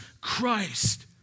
Christ